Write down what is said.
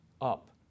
up